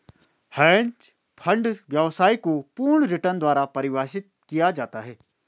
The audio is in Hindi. हैंज फंड व्यवसाय को पूर्ण रिटर्न द्वारा परिभाषित किया जाता है